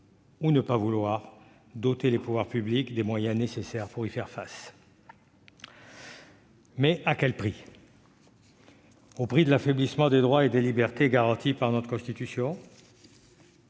ou ne pas vouloir doter les pouvoirs publics des moyens nécessaires pour y faire face. Mais à quel prix ? Au prix de l'affaiblissement des droits et libertés garantis par notre Constitution ?